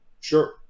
Sure